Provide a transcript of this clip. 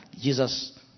Jesus